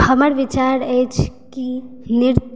हमर विचार अछि कि नृत्य